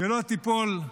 שלא תיפול,